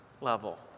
level